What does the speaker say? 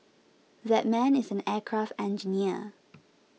that man is an aircraft engineer